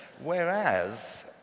whereas